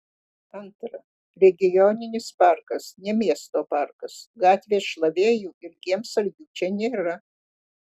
antra regioninis parkas ne miesto parkas gatvės šlavėjų ir kiemsargių čia nėra